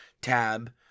tab